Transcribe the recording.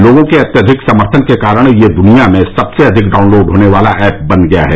लोगों के अत्यधिक समर्थन के कारण यह दुनियाभर में सबसे अधिक डाउनलोड होने वाला एप बन गया है